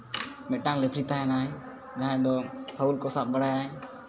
ᱢᱤᱫᱴᱟᱝ ᱞᱮᱯᱷᱨᱤ ᱛᱟᱦᱮᱱᱟᱭ ᱡᱟᱦᱟᱸᱭ ᱫᱚ ᱯᱷᱟᱣᱩᱞ ᱠᱚ ᱥᱟᱵ ᱵᱟᱲᱟᱭᱟᱭ